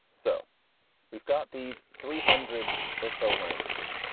so we've got these three hundred or so languages.